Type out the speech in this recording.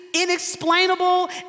inexplainable